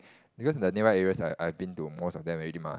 because the nearby areas I I have been to most of them already mah